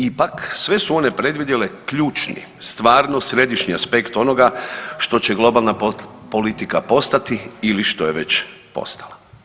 Ipak sve su one predvidjele ključni stvarno središnji aspekt onoga što će globalna politika postati ili što je već postala.